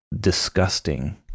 disgusting